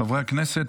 חברי הכנסת,